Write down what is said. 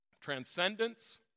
Transcendence